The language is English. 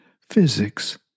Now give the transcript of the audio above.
physics